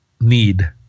need